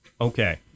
Okay